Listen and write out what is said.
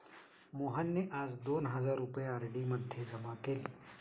मोहनने आज दोन हजार रुपये आर.डी मध्ये जमा केले